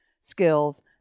skills